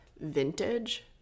vintage